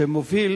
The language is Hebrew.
שמובילים